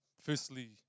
Firstly